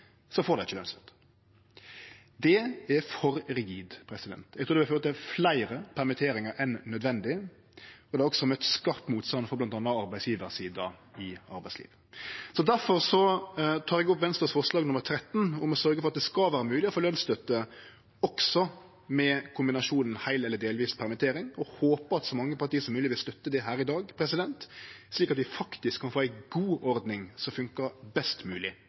får ein ikkje lønsstøtte. Det er for rigid. Eg trur det vil føre til fleire permitteringar enn nødvendig. Det har også møtt skarp motstand frå bl.a. arbeidsgjevarsida i arbeidslivet. Difor tek eg opp forslag nr. 13, frå Venstre, om å sørgje for at det skal vere mogleg å få lønsstøtte også med ein kombinasjon av heil og delvis permittering, og håpar at så mange parti som mogleg vil støtte dette i dag, slik at vi kan få ei god ordning som fungerer best